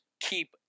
keep